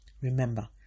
Remember